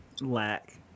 lack